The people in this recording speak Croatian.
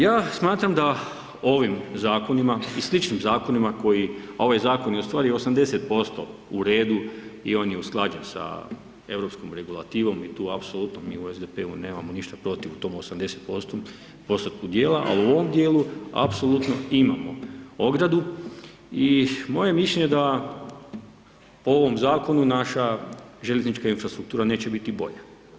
Ja smatram da ovim zakonima i sličnim zakonima koji, a ovaj zakon je ustvari 80% u redu i on je usklađen sa europskim regulativom i tu apsolutno u SDP-u nemamo ništa protiv, tom 80% dijela, ali u ovom dijelu apsolutno imamo ogradu, i moje mišljenje je da u ovom zakonu naša željeznička infrastruktura neće biti bolja.